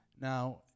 Now